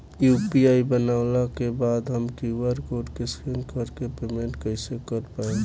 UPI बनला के बाद हम क्यू.आर कोड स्कैन कर के पेमेंट कइसे कर पाएम?